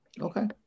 Okay